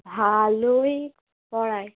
ভালোই করায়